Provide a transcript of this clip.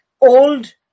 old